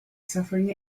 suffering